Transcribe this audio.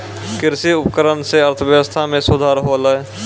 कृषि उपकरण सें अर्थव्यवस्था में सुधार होलय